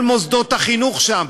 כל מוסדות החינוך שם,